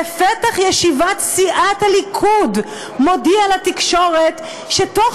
בפתח ישיבת סיעת הליכוד מודיע לתקשורת שבתוך